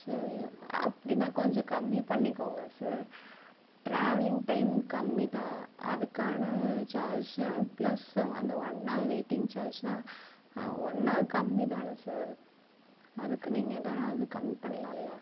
சரி அப்படினா கொஞ்சம் கம்மி பண்ணிக்கோங்க சார் டிராவெல்லிங் டைம் கம்மி தான் அதுக்கான சார்ஜ் ப்ளஸ் அந்த ஒன் ஹார் வெயிட்டிங் சார்ஜ்னால் ஒன் ஹார் கம்மி தானே சார் அதுக்கு நீங்கள் எதனாவது கம்மி பண்ணலாமில்லை